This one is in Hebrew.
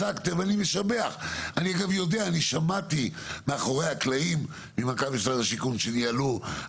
אני הייתי רוצה להתמקד בזה.